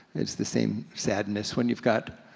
it's the same sadness when you've got,